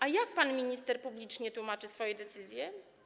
A jak pan minister publicznie tłumaczy swoje decyzje?